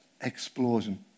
explosion